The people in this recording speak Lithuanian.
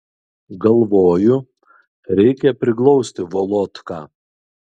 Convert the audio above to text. galvoju reikia priglausti volodką